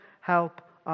help